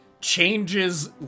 changes